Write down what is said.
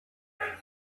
way